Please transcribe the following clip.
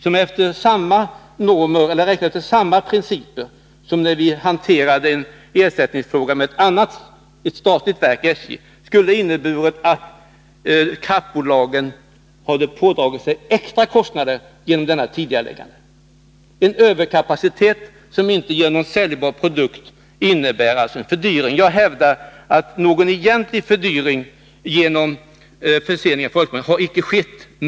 Om vi hade tillämpat samma principer som vi använde när vi hanterade ersättningsfrågan som gällde ett statligt verk, SJ, skulle det ha inneburit att kraftbolagen pådragit sig extra kostnader genom detta tidigareläggande. En överkapacitet som inte ger någon säljbar produkt innebär en fördyring. Jag hävdar att någon egentlig fördyring genom förseningen på grund av folkomröstningen icke har skett.